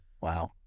Wow